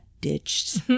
ditched